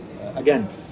again